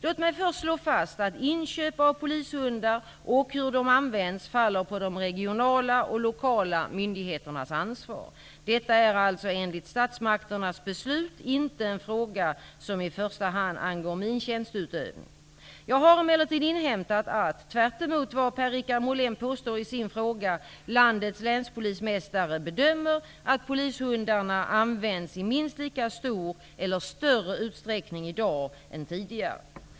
Låt mig först slå fast att inköp av polishundar och hur de används faller på de regionala och lokala myndigheternas ansvar. Detta är alltså enligt statsmakternas beslut inte en fråga som i första hand angår min tjänsteutövning. Jag har emellertid inhämtat att, tvärt emot vad Per Richard Molén påstår i sin fråga, landets länspolismästare bedömer att polishundarna i dag används i minst lika stor utsträckning som tidigare eller i större utsträckning.